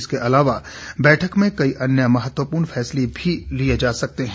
इसके अलावा बैठक में कई अन्य महत्वपूर्ण फैसले भी लिए जा सकते हैं